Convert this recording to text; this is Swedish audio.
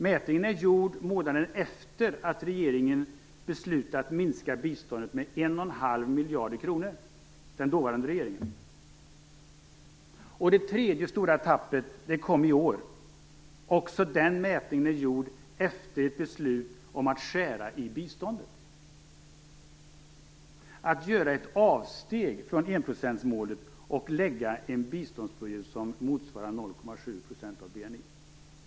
Mätningen är gjord månaden efter att den dåvarande regeringen beslutat minska biståndet med 1,5 miljarder kronor. Den tredje stora nedgången kom i år. Också den mätningen är gjord efter ett beslut om att skära i biståndet och att göra ett avsteg från enprocentsmålet och lägga fram en biståndsbudget som motsvarar 0,7 % av BNI.